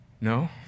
No